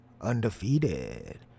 undefeated